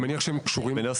אחד,